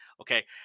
Okay